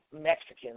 Mexicans